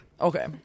Okay